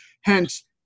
hence